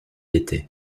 était